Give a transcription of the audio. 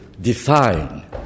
define